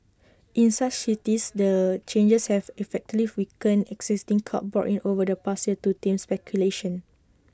in such cities the changes have effectively weakened existing curbs brought in over the past year to tame speculation